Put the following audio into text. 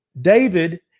David